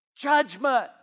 Judgment